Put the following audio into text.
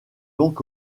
donc